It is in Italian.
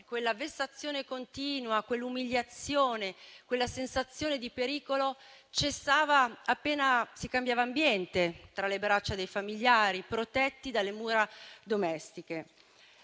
quella vessazione continua, quell'umiliazione, quella sensazione di pericolo cessava appena si cambiava ambiente, tra le braccia dei familiari, protetti dalle mura domestiche.